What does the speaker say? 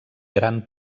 gran